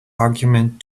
argument